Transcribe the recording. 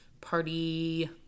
party